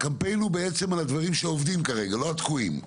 הקמפיין הוא על הדברים שעובדים כרגע ולא הדחויים.